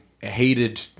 hated